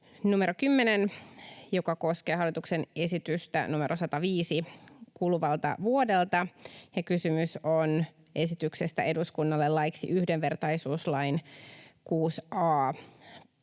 numero 10, joka koskee hallituksen esitystä numero 105 kuluvalta vuodelta, ja kysymys on esityksestä eduskunnalle laiksi yhdenvertaisuuslain 6